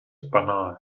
banal